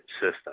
system